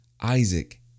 Isaac